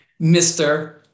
Mr